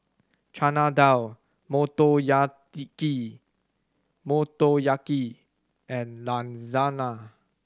Chana Dal Motoyaki and Lasagna